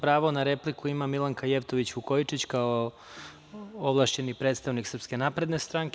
Pravo na repliku ima Milanka Jevtović Vukojičić, kao ovlašćeni predstavnik SNS.